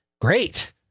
great